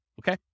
okay